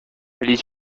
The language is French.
les